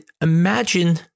imagine